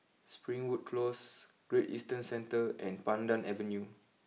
Springwood close Great Eastern Centre and Pandan Avenue